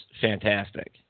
fantastic